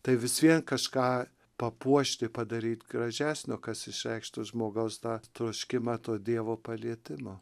tai vis vien kažką papuošti padaryt gražesnio kas išreikštų žmogaus tą troškimą to dievo palietimo